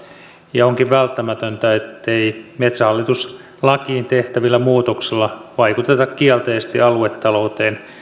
ja onkin välttämätöntä ettei metsähallitus lakiin tehtävillä muutoksilla vaikuteta kielteisesti aluetalouteen